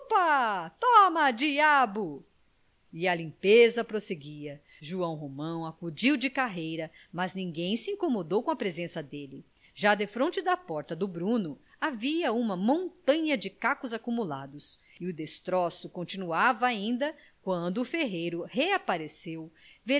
toma diabo e a limpeza prosseguia joão romão acudiu de carreira mas ninguém se incomodou com a presença dele já defronte da porta do bruno havia uma montanha de cacos acumulados e o destroço continuava ainda quando o ferreiro reapareceu